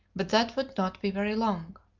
but that would not be very long.